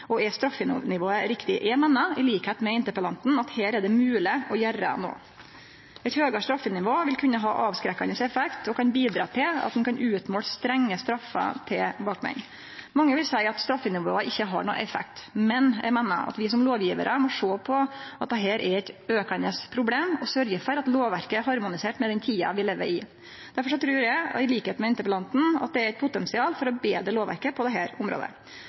Er straffenivået riktig? Eg meiner – til liks med interpellanten – at det her er mogleg å gjere noko. Eit høgare straffenivå vil kunne ha avskrekkande effekt og kan bidra til at ein kan utmåle strenge straffer til bakmenn. Mange vil seie at straffenivået ikkje har nokon effekt, men eg meiner at vi, som lovgjevarar, må sjå at dette er eit aukande problem, og vi må sørgje for at lovverket er harmonisert med den tida vi lever i. Derfor trur eg – til liks med interpellanten – at det er eit potensial for å betre lovverket på dette området.